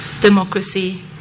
democracy